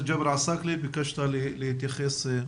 עסאקלה, ביקשת להתייחס.